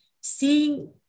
seeing